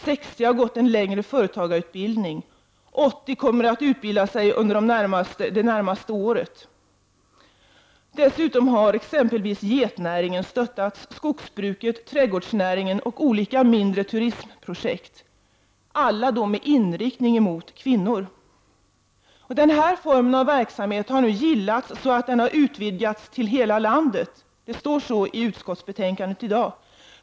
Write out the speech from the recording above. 60 kvinnor har gått en längre företagarutbildning, och 80 kommer att utbilda sig det närmaste året. Dess utom har exempelvis getnäringen stöttats, skogsbruket, trädgårdsnäringen och olika mindre turismprojekt, alla dessa med inriktning mot kvinnor. Denna form av verksamhet har gillats och nu utvidgats till hela landet — det står så i dagens utskottsbetänkande.